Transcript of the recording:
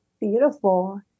Beautiful